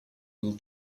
will